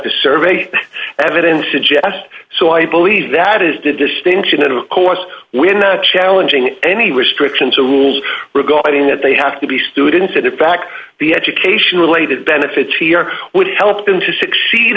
the survey evidence suggests so i believe that is did distinction and of course we're not challenging any restrictions or rules regarding that they have to be students and in fact the education related benefits here would help them to succeed